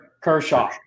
Kershaw